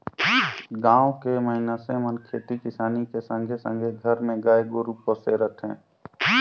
गाँव के मइनसे मन खेती किसानी के संघे संघे घर मे गाय गोरु पोसे रथें